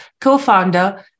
co-founder